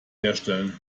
herstellen